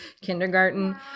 kindergarten